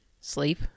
sleep